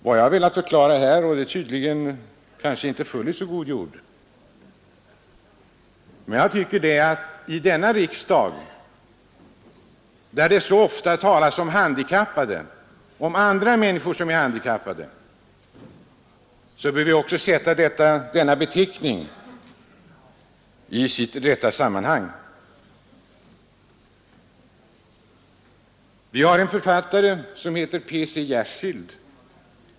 Vad jag har velat förklara — och det föll tydligen inte i så god jord — är att här i riksdagen, där det så ofta talas om människor som är handikappade, bör vi sätta denna beteckning i dess rätta sammanhang. Det finns en författare som heter P. C. Jersild.